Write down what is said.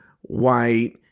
white